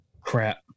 Crap